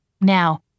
Now